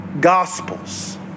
gospels